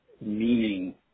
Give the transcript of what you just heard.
meaning